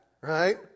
right